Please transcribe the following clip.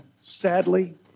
sadly